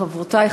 חברותי,